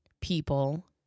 people